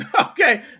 Okay